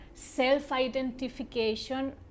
self-identification